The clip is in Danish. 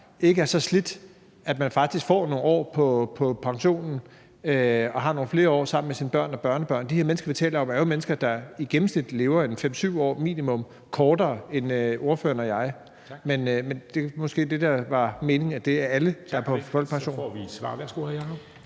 ikke er så slidt, men faktisk får nogle år på pension og har nogle flere år sammen med sine børnebørn. De her mennesker, vi taler om, er jo mennesker, der i gennemsnit lever minimum 5-7 år kortere end ordføreren og jeg. Men det, der var meningen, var måske, at det handlede om alle, der er på folkepension. Kl. 14:40 Formanden